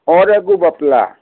ᱨᱚ ᱟᱹᱜᱩ ᱵᱟᱯᱞᱟ